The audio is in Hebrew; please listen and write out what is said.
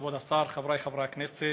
כבוד השר, חבריי חברי הכנסת,